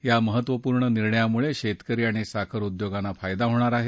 या महत्वपूर्ण निर्णयामुळे शेतकरी आणि साखर उद्योगांना फायदा होणार आहे